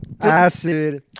Acid